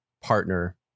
partner